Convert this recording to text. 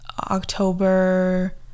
October